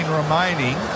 remaining